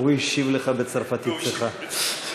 והוא השיב לך בצרפתית צחה.